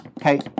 okay